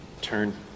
Turn